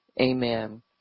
Amen